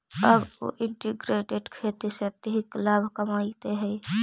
अब उ इंटीग्रेटेड खेती से अधिक लाभ कमाइत हइ